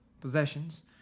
possessions